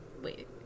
Wait